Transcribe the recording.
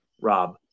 Rob